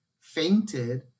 fainted